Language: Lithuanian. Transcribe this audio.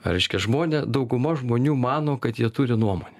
reiškia žmonė dauguma žmonių mano kad jie turi nuomonę